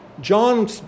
John